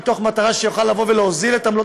מתוך מטרה שהוא יוכל להוזיל את עמלות